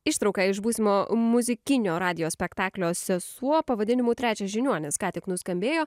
ištrauka iš būsimo muzikinio radijo spektaklio sesuo pavadinimu trečias žiniuonis ką tik nuskambėjo